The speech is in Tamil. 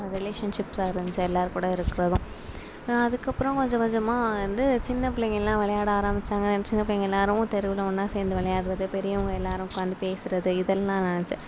ரிலேஷன்ஷிப்ஸாக இருந்துச்சு எல்லார் கூட இருக்கிறதும் அதுக்கப்புறம் கொஞ்சம் கொஞ்சமாக வந்து சின்ன பிள்ளைங்கள்லாம் விளையாட ஆரம்பிச்சாங்க சின்ன பிள்ளைங்க எல்லாரும் தெருவில் ஒன்னாக சேர்ந்து விளையாட்றது பெரியவங்க எல்லாரும் உட்காந்து பேசுறது இதெல்லாம் நடந்துச்சு